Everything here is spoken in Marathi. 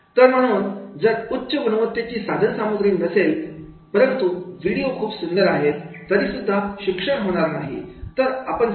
तर म्हणून जर उच्च गुणवत्तेची साधनसामग्री नसेल तर परंतु व्हिडिओ खूप सुंदर आहेत तरीसुद्धा शिक्षण होणार नाही